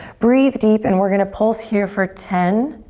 breathe deep and we're gonna pulse here for ten,